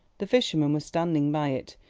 the fisherman was standing by it.